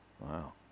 Wow